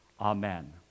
Amen